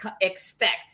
expect